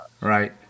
Right